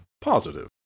positive